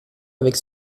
avec